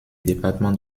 département